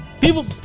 People